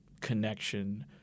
connection